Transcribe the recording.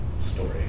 story